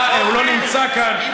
הוא לא נמצא כאן,